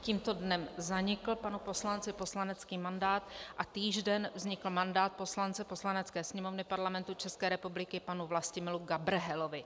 Tímto dnem zanikl panu poslanci poslanecký mandát a týž den vznikl poslanci Poslanecké sněmovny Parlamentu České republiky panu Vlastimilu Gabrhelovi.